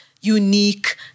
unique